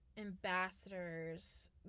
ambassadors